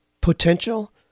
potential